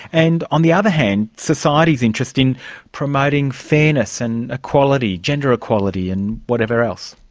and on the other hand, society's interest in promoting fairness and equality, gender equality and whatever else?